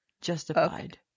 justified